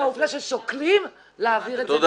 העובדה ששוקלים להעביר את זה לגבעת שמואל.